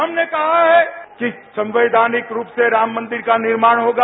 हमने कहा है कि संवैधानिक रूप से राम मन्दिर का निर्माण होगा